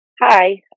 Hi